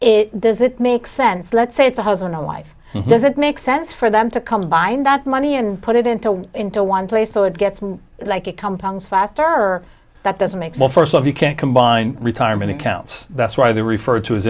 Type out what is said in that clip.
it does it make sense let's say it's a husband or wife does it make sense for them to combine that money and put it into into one place so it gets like it compounds fast her that doesn't make well first off you can't combine retirement accounts that's why they refer to as